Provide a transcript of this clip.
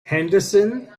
henderson